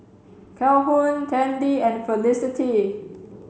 Calhoun Tandy and Felicity